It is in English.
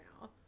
now